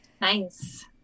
Nice